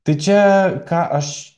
tai čia ką aš